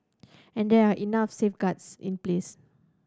and there are enough safeguards in place